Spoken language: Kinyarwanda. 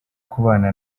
kubana